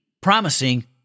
promising